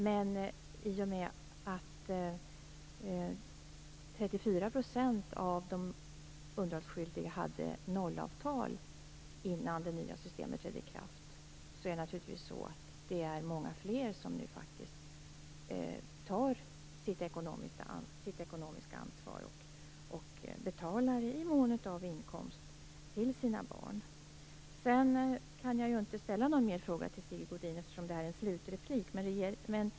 Men i och med att 34 % av de underhållsskyldiga hade nollavtal innan det nya systemet trädde i kraft tar naturligtvis många fler sitt ekonomiska ansvar nu. De betalar i mån av inkomst till sina barn. Jag kan inte ställa någon mer fråga till Sigge Godin eftersom detta är en slutreplik.